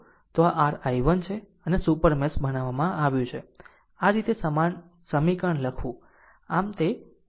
તો આ r I1 છે અને આ સુપર મેશ બનાવવામાં આવ્યું છે આ રીતે સમાન સમીકરણ લખવું